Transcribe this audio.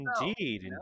Indeed